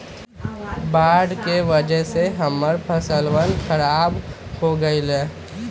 बाढ़ के वजह से हम्मर फसलवन खराब हो गई लय